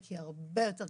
אנחנו שילבנו כאן גם בדיון,